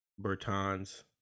Bertans